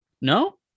No